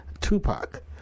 Tupac